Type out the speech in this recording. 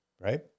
right